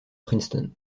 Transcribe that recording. princeton